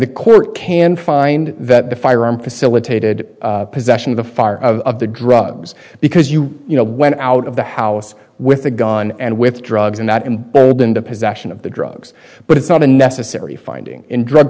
the court can find that the firearm facilitated possession of the fire of the drugs because you you know went out of the house with a gun and with drugs and that him into possession of the drugs but it's not a necessary finding in drug